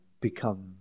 become